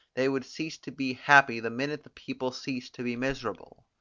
they would cease to be happy the minute the people ceased to be miserable.